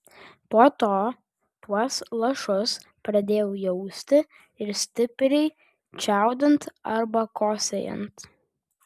po to tuos lašus pradėjau jausti ir stipriai čiaudint arba kosėjant